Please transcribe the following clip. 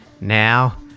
now